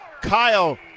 Kyle